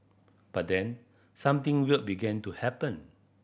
but then something weird began to happen